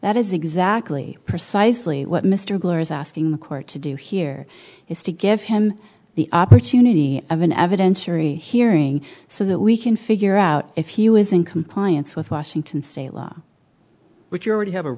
that is exactly precisely what mr gore is asking the court to do here is to give him the opportunity of an evidentiary hearing so that we can figure out if he was in compliance with washington state law which you already have a